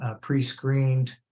pre-screened